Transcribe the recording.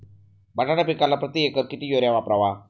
बटाटा पिकाला प्रती एकर किती युरिया वापरावा?